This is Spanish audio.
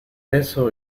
eso